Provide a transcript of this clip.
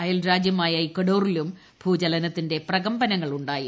അയൽരാജ്യമായ ഇക്കോഡോറിലും ഭൂചലനത്തിന്റെ പ്രകമ്പനങ്ങൾ ഉണ്ടായി